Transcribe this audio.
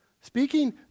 Speaking